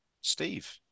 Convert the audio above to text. Steve